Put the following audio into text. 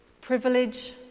privilege